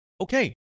Okay